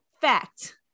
fact